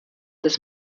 des